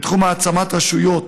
בתחום העצמת רשויות